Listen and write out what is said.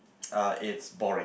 uh it's boring